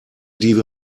die